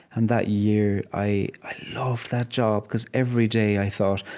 and that year, i loved that job because every day i thought,